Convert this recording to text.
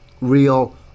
real